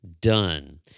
done